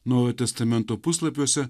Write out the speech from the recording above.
naujo testamento puslapiuose